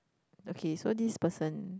okay so this person